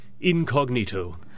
incognito